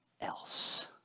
else